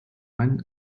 ein